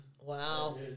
Wow